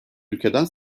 ülkeden